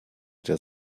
der